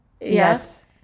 Yes